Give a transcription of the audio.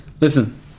Listen